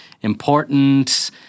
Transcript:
important